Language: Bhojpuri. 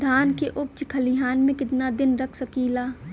धान के उपज खलिहान मे कितना दिन रख सकि ला?